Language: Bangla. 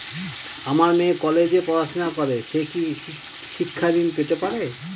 আমার মেয়ে কলেজে পড়াশোনা করে সে কি শিক্ষা ঋণ পেতে পারে?